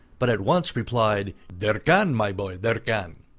but at once replied, there can, my boy, there can.